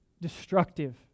destructive